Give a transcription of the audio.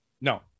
No